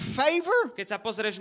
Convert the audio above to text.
favor